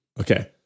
Okay